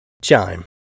Chime